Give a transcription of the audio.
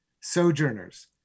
Sojourners